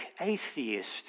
atheist